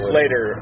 later